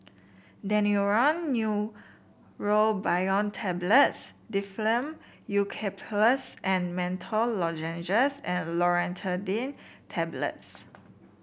Daneuron Neurobion Tablets Difflam Eucalyptus and Menthol Lozenges and Loratadine Tablets